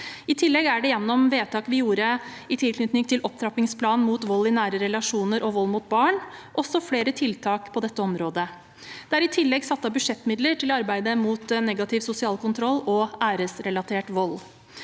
I tillegg er det gjennom vedtak vi gjorde i tilknytning til opptrappingsplanen mot vold i nære relasjoner og vold mot barn, også flere tiltak på dette området. Videre er det satt av budsjettmidler til arbeidet mot negativ sosial kontroll og æresrelatert vold.